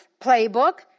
playbook